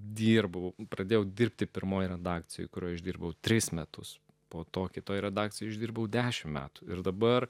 dirbu pradėjau dirbti pirmoje redakcijoje kurioje išdirbau tris metus po to kitoje redakcijoje išdirbau dešimt metų ir dabar